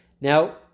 Now